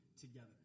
together